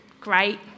great